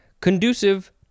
conducive